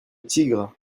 tigre